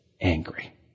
angry